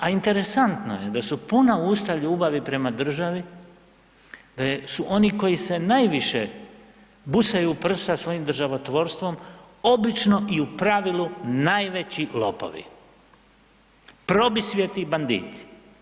A interesantno je da su puna usta ljubavi prema državi, da su oni koji se najviše busaju u prsa svojim državotvorstvom obično i u pravilu najveći lopovi, probisvijeti i banditi.